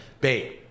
babe